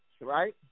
right